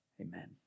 amen